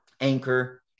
Anchor